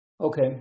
Okay